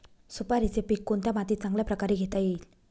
सुपारीचे पीक कोणत्या मातीत चांगल्या प्रकारे घेता येईल?